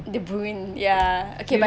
de bruyne ya okay but he